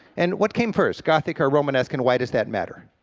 and what came first, gothic or romanesque, and why does that matter?